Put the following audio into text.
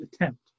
attempt